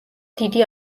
დიდი